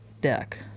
deck